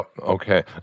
okay